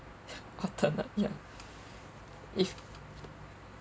alternate ya